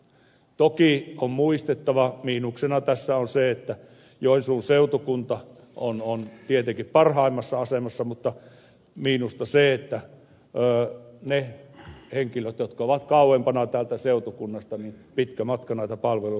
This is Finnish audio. toki on muistettava että miinuksena tässä on se että kun joensuun seutukunta on tietenkin parhaimmassa asemassa niin niillä henkilöillä jotka ovat kauempana tästä seutukunnasta on pitkä matka näitä palveluja hakea